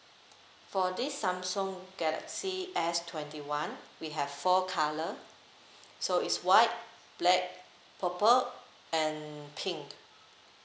for this samsung galaxy S twenty one we have four colour so it's white black purple and pink